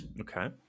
Okay